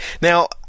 Now